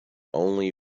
only